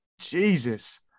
Jesus